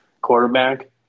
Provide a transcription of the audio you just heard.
quarterback